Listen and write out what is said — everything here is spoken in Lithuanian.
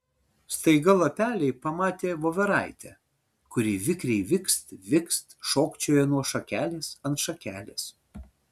staiga lapeliai pamatė voveraitę kuri vikriai vikst vikst šokčioja nuo šakelės ant šakelės